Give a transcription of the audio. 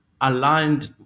aligned